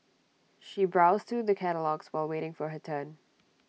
she browsed through the catalogues while waiting for her turn